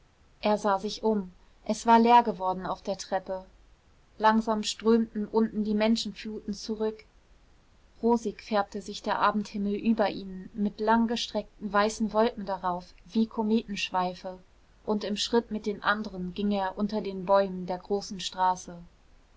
er sah sich um es war leer geworden auf der treppe langsam strömten unten die menschenfluten zurück rosig färbte sich der abendhimmel über ihnen mit langgestreckten weißen wolken darauf wie kometenschweife und im schritt mit den anderen ging er unter den bäumen der großen straße